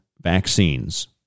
vaccines